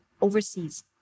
overseas